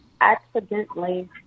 accidentally